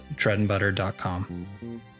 treadandbutter.com